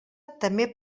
també